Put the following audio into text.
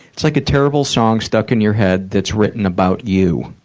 it's like a terrible song stuck in your head that's written about you,